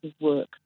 work